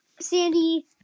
Sandy